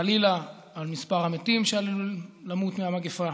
חלילה על מספר המתים, שעלולים למות מהמגפה,